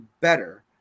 better